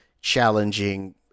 challenging